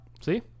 See